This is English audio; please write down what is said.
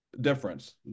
difference